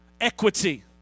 equity